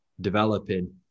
developing